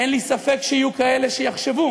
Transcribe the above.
אין לי ספק שיהיו כאלה שיחשבו